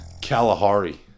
Kalahari